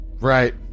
Right